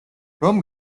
რომ